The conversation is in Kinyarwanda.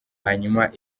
hanyuma